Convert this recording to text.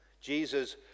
Jesus